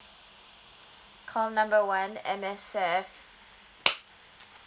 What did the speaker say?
call number number one M_S_F